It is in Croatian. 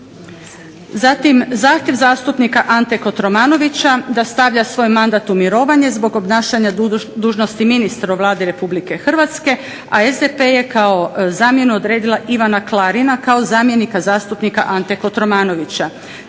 Zatim zahtjev zastupnika Ante KOtromanovića da stavlja svoj mandat u mirovanje zbog obnašanja dužnosti ministra u Vladi Republike Hrvatske a SDP je kao zamjenu odredila Ivana Klarina kao zamjenika zastupnika Ante Kotromanovića,